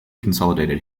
consolidated